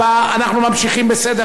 אנחנו ממשיכים בסדר-היום.